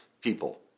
people